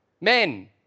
Men